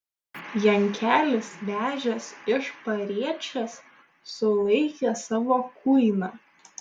jankelis vežęs iš pariečės sulaikė savo kuiną